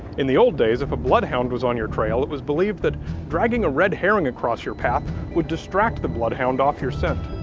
in the old days, if a bloodhound was on your trail, it was believed that dragging a red herring across your path would distract the bloodhound off your scent.